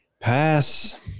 pass